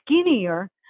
skinnier